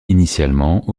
initialement